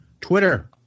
twitter